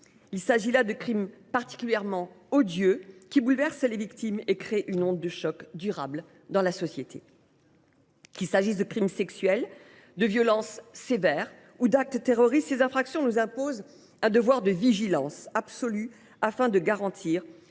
gravité, des crimes particulièrement odieux, qui bouleversent les victimes et créent une onde de choc durable dans la société. Qu’il s’agisse de crimes sexuels, de violences sévères ou d’actes terroristes, tous nous imposent un devoir de vigilance absolu afin de garantir